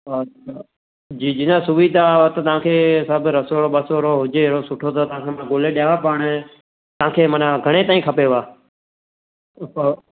जी जी न सुविधा त तव्हांखे सभु रसोड़ो वसोड़ो हुजेव सुठो त तव्हांखे मां ॻोल्हे ॾियांव पाण तव्हांखे माना घणे ताईं खपेव उ त